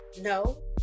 no